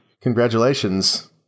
Congratulations